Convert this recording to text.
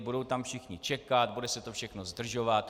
Budou tam všichni čekat, bude se to všechno zdržovat.